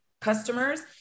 customers